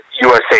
USA